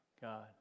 God